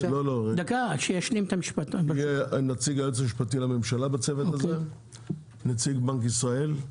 של היועץ המשפטי לממשלה, נציג בנק ישראל,